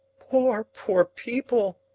poor, poor people!